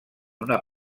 una